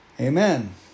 Amen